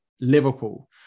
Liverpool